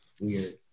Weird